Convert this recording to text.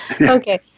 Okay